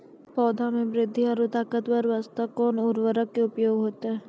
पौधा मे बृद्धि और ताकतवर बास्ते कोन उर्वरक के उपयोग होतै?